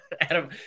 Adam